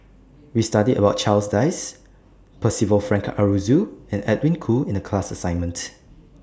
We studied about Charles Dyce Percival Frank Aroozoo and Edwin Koo in The class assignment